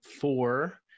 four